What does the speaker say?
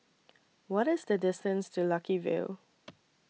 What IS The distance to Lucky View